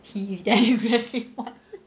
he is damn aggressive [what]